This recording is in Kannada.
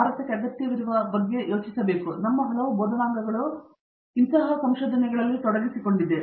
ಇದು ಭಾರತಕ್ಕೆ ಅಗತ್ಯವಿರುವ ಬಗ್ಗೆ ಯೋಚಿಸುತ್ತಿರುವಾಗ ಮತ್ತು ನಮ್ಮ ಹಲವು ಬೋಧನಾಂಗಗಳು ತೊಡಗಿಸಿಕೊಂಡಾಗ ಸಹ ಇದು ವಿದ್ವಾಂಸನ ಕೆಲಸದ ವಿವರಣೆಯ ಒಂದು ಭಾಗವಾಗಿದೆ